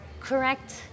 correct